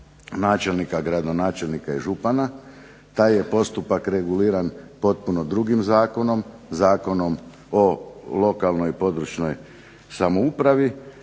načelnika, gradonačelnika i župana, taj je postupak reguliran potpuno drugim zakonom, Zakonom o lokalnoj i područnoj samoupravi,